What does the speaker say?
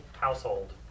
household